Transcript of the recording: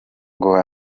ngo